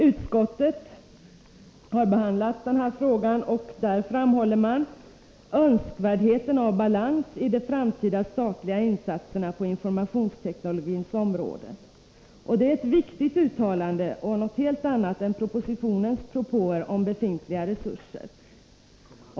Utskottet framhåller önskvärdheten av balans i de framtida statliga insatserna på informationsteknologins område. Det är ett viktigt uttalande och något helt annat än propositionens propåer om befintliga resurser.